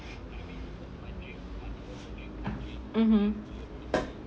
mmhmm